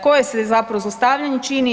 Koje se zapravo zlostavljanje čini?